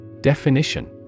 Definition